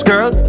Girl